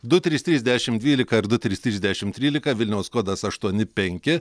du trys trys dešimt dvylika ir du trys trys dešimt trylika vilniaus kodas aštuoni penki